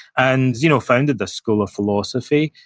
and zeno founded this school of philosophy,